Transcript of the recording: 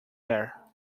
air